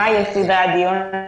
מה יהיו סדרי הדיון?